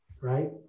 right